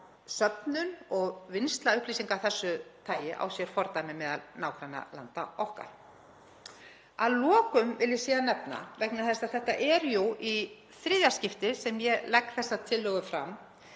söfnun og vinnsla upplýsinga af þessu tagi á sér fordæmi meðal nágrannalanda okkar. Að lokum vil ég síðan nefna, vegna þess að þetta er jú í þriðja skipti sem ég legg þessa tillögu fram,